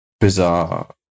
bizarre